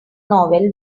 novel